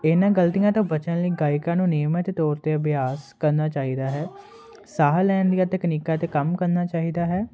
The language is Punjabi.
ਇਹਨਾਂ ਗਲਤੀਆਂ ਤੋਂ ਬਚਣ ਲਈ ਗਾਇਕਾਂ ਨੂੰ ਨਿਯਮਤ ਤੌਰ 'ਤੇ ਅਭਿਆਸ ਕਰਨਾ ਚਾਹੀਦਾ ਹੈ ਸਾਹ ਲੈਣ ਦੀਆਂ ਤਕਨੀਕਾਂ 'ਤੇ ਕੰਮ ਕਰਨਾ ਚਾਹੀਦਾ ਹੈ